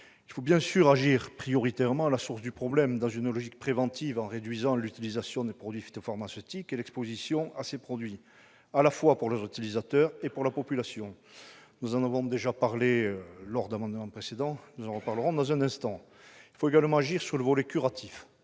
Il faut bien sûr agir prioritairement à la source du problème dans une logique préventive, en réduisant l'utilisation des produits phytopharmaceutiques et l'exposition à ces produits à la fois pour leurs utilisateurs et la population ; nous en avons déjà parlé précédemment lors de l'examen d'amendements, et nous en reparlerons dans un instant. Il faut également agir sur le volet curatif,